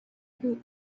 book